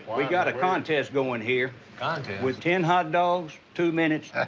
we got a contest going here. contest? with ten hot dogs, two minutes,